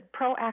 proactive